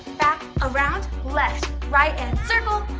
back, around, left, right, and circle,